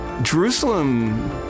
Jerusalem